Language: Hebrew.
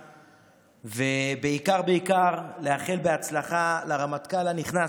ובעיקר בעיקר לאחל בהצלחה לרמטכ"ל הנכנס,